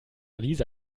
lisa